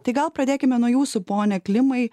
tai gal pradėkime nuo jūsų pone klimai